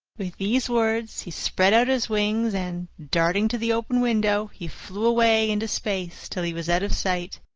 with these words he spread out his wings and, darting to the open window, he flew away into space till he was out of sight.